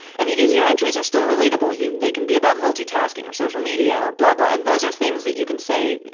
and the easier entries are still relatable. you, they can be about multitasking or social media or blah blah. and those are things that you can say,